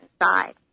inside